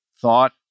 thought